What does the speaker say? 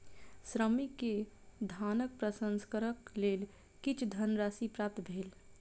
श्रमिक के धानक प्रसंस्करणक लेल किछ धनराशि प्राप्त भेल